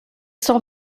sont